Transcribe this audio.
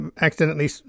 accidentally